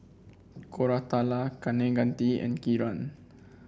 Koratala Kaneganti and Kiran